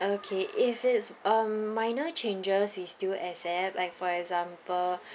okay if it's um minor changes we still accept like for example